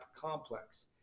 complex